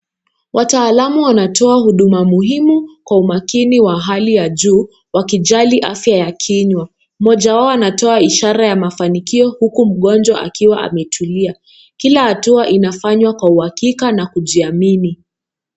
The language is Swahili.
Wataalamu wanatoa huduma muhimu kwa umakini wa hali ya juu wakijali afya ya kinywa. Mmoja wao anatoa ishara ya mafanikio huku mgonjwa akiwa ametulia. Kila hatua inafanywa kwa uhakika na kujiamini.